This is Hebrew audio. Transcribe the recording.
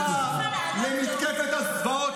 צניעות למי שאתה מדבר איתו.